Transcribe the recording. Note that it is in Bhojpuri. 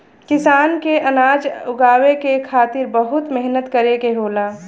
किसान के अनाज उगावे के खातिर बहुत मेहनत करे के होला